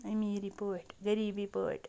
أمیٖری پٲٹھۍ غریٖبی پٲٹھۍ